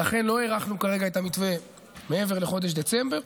ולכן לא הארכנו כרגע את המתווה מעבר לחודש דצמבר.